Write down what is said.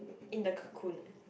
in the cocoon